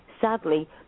Sadly